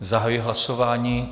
Zahajuji hlasování.